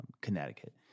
Connecticut